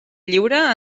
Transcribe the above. lliure